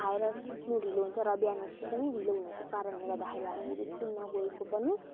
खाएर सुत्नु ढिलो हुन्छ र बिहान उठ्नु पनि ढिलो हुनुको कारणले गर्दाखेरि हामीहरू स्कुल नगएको पनि छ